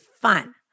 fun